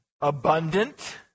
abundant